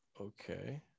Okay